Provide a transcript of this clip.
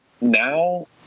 now